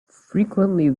frequently